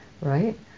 right